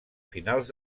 finals